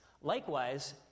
Likewise